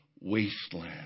wasteland